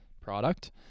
product